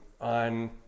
on